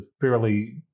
fairly